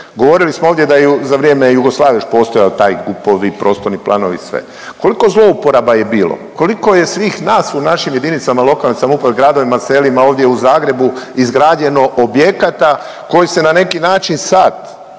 Govorili smo ovdje da je i za vrijeme Jugoslavije još postojao taj prostorni planovi i sve. Koliko zlouporaba je bilo, koliko je svih nas u našim jedinicama lokalne samouprave, gradovima, selima ovdje u Zagrebu izgrađeno objekata koji se na neki način sad